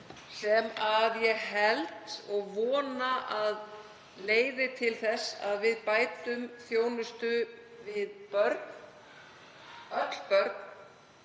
hér og ég held og vona að leiði til þess að við bætum þjónustu við börn, öll börn,